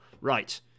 Right